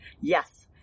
Yes